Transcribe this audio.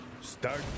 start